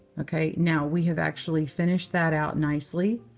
ok. now, we have actually finished that out nicely.